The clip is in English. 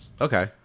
okay